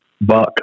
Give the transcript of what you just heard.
buck